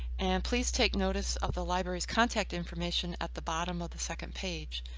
and please take notice of the library's contact information at the bottom of the second page.